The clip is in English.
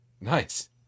Nice